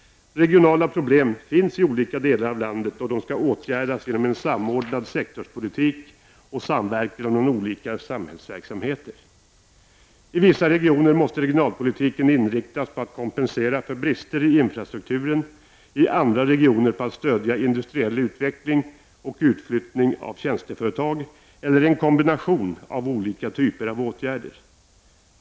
Regionala problem finns i olika delar av landet, och de skall åtgärdas genom en samordnad sektorspolitik och samverkan mellan olika samhällsverksamheter. I vissa regioner måste regionalpolitiken inriktas på att kompensera för brister i infrastrukturen, i andra på att stödja industriell utveckling och utflyttning av tjänsteföretag eller en kombination av olika typer av åtgärder.